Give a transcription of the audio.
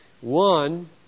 One